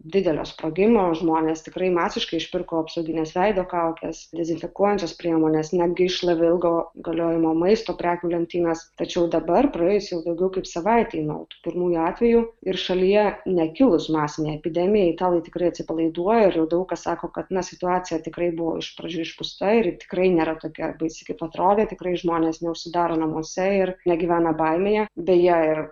didelio sprogimo žmonės tikrai masiškai išpirko apsaugines veido kaukes dezinfekuojančias priemones netgi iššlavė ilgo galiojimo maisto prekių lentynas tačiau dabar praėjus jau daugiau kaip savaitei nuo tų pirmųjų atvejų ir šalyje nekilus masinei epidemijai italai tikrai atsipalaiduoja ir daug kas sako kad na situacija tikrai buvo iš pradžių išpūsta ir tikrai nėra tokia baisi kaip atrodė tikrai žmonės neužsidaro namuose ir negyvena baimėje beje ir